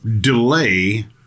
delay